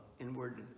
inward